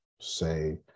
say